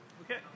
Okay